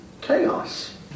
Chaos